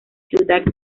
ciudad